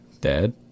Dad